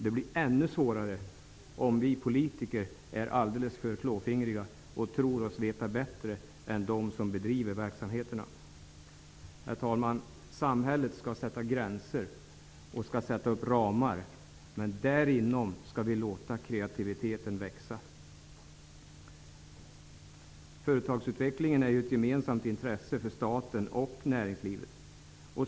Det blir ännu svårare om vi politiker är alltför klåfingriga och tror oss veta bättre än de som bedriver verksamheterna. Herr talman! Samhället skall sätta gränser och sätta upp ramar, men därinom skall vi låta kreativiteten växa. Företagsutvecklingen är ett gemensamt intresse för staten och näringslivet.